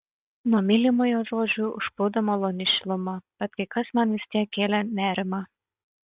nuo mylimojo žodžių užplūdo maloni šiluma bet kai kas man vis tiek kėlė nerimą